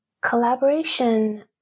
collaboration